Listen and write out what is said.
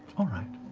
all right,